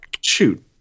Shoot